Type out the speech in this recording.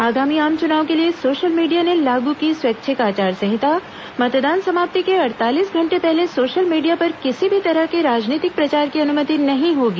आगामी आम चुनाव के लिए सोशल मीडिया ने लागू की स्वैच्छिक आचार संहिता मतदान समाप्ति के अड़तालीस घंटे पहले सोशल मीडिया पर किसी भी तरह के राजनीतिक प्रचार की अनुमति नहीं होगी